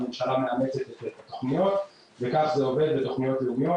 הממשלה מאמצת את התכניות וכך זה עובד בתכניות לאומיות,